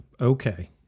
okay